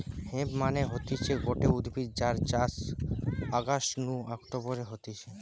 hemp মানে হতিছে গটে উদ্ভিদ যার চাষ অগাস্ট নু অক্টোবরে হতিছে